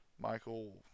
Michael